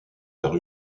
par